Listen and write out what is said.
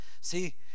See